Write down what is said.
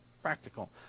Practical